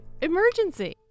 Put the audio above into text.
emergency